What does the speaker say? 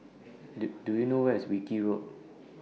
Do Do YOU know Where IS Wilkie Road